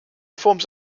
forms